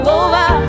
over